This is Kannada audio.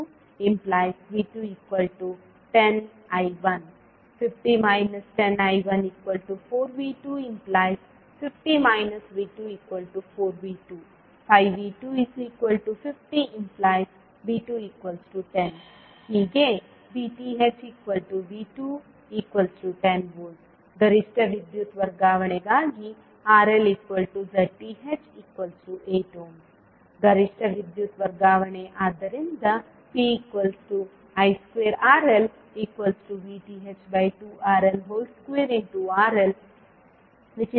1V2V2 10I1 50 10I1 4V250 V2 4V2 5V2 50⇒V2 10 ಹೀಗೆ VThV2 10V ಗರಿಷ್ಠ ವಿದ್ಯುತ್ ವರ್ಗಾವಣೆಗಾಗಿ RLZTh 8 ಗರಿಷ್ಠ ವಿದ್ಯುತ್ ವರ್ಗಾವಣೆ ಆದ್ದರಿಂದ P I2RLVTh2RL2RL 3